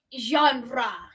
genre